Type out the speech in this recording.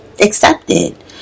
accepted